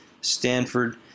Stanford